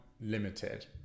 Limited